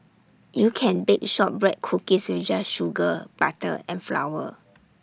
you can bake Shortbread Cookies just with sugar butter and flour